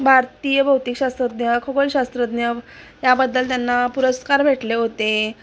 भारतीय भौतिकशास्त्रज्ञ खगोलशास्त्रज्ञ याबद्दल त्यांना पुरस्कार भेटले होते